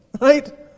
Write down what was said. Right